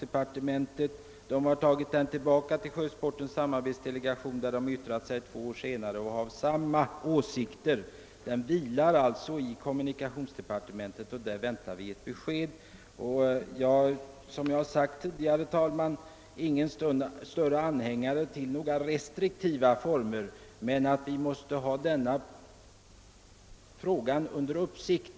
Departementet förde frågan tillbaka till samarbetsdelegationen som 1964 — alltså två år efter det att frågan väckts — förklarade sig ha samma åsikt som tidigare. Frågan vilar alltså i kommunikationsdepartementet, och vi väntar på ett besked. Som jag tidigare framhållit är jag ingen större anhängare av ökade restriktioner. Men vi måste ha denna fråga under uppsikt.